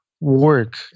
work